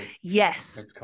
Yes